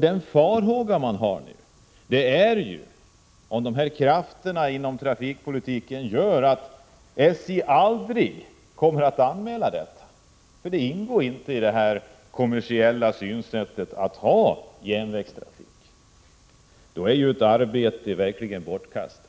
De farhågor man nu har är att krafterna inom trafikpolitiken gör att SJ aldrig kommer att anmäla detta. Det ingår inte i det kommersiella synsättet att ha järnvägstrafik. Då är arbetet verkligen bortkastat.